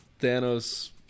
Thanos